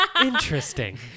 Interesting